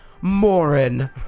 Morin